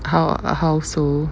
how ah how so